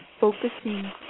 focusing